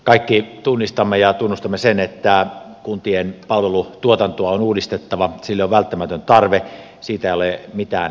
kaikki tunnistamme ja tunnustamme sen että kuntien palvelutuotantoa on uudistettava sille on välttämätön tarve siitä ei ole mitään epäselvyyttä